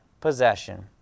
possession